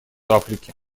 африки